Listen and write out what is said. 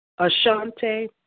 Ashante